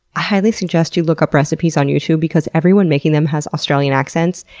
i highly suggest you look up recipes on youtube, because everyone making them has australian accents,